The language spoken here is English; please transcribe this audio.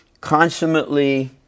consummately